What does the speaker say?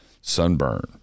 sunburn